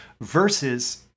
versus